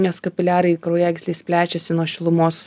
nes kapiliarai kraujagyslės plečiasi nuo šilumos